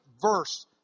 verse